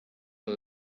uno